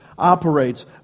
operates